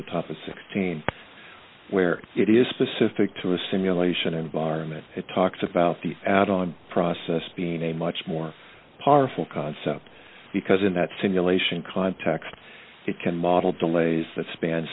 the top of sixteen where it is specific to a simulation environment it talks about the add on process being a much more powerful concept because in that simulation context it can model delays